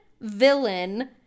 villain